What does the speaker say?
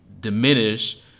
Diminish